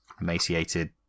emaciated